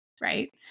Right